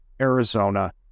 Arizona